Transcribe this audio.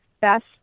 best